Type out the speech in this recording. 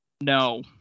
no